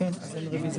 הישיבה